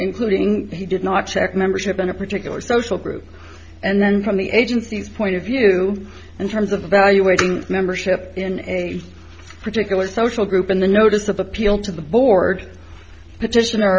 including he did not check membership in a particular social group and then from the agency's point of view in terms of evaluating membership in a particular social group in the notice of appeal to the board petition